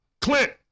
Clint